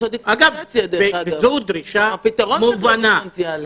זו דרישה מובנת.